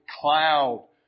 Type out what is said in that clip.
cloud